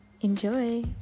Enjoy